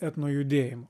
etno judėjimu